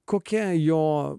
kokia jo